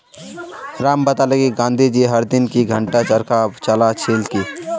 राम बताले कि गांधी जी हर दिन दी घंटा चरखा चला छिल की